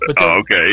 okay